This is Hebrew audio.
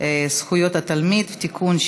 זכויות התלמיד (תיקון,